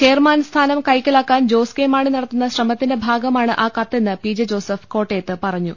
chairman സ്ഥാനം കൈക്കലാക്കാൻ ജോസ് കെ മാണി നടത്തുന്ന ശ്രമ ത്തിന്റെ ഭാഗമാണ് ആ കത്തെന്ന് പി ജെ ജോസഫ് കോട്ടയത്ത് പറഞ്ഞു